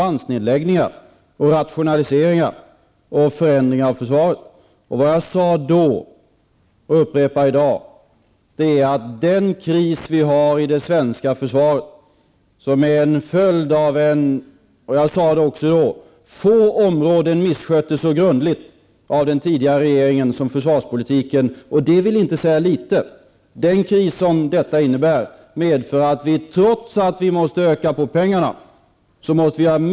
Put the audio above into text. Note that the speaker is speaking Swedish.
Anser statsministern att han genom att föra debatten på detta sätt ökar förtroendet för regeringens säkerhetspolitik och det svenska försvaret? Sysselsättningssituationen inom Örnsköldsviks kommun är mycket allvarlig. Under 1980-talet har närmare 2 000 arbetstillfällen försvunnit. Till detta skall läggas att 1 300 varsel lagts under det senaste året, varav 1 000 fullföljts.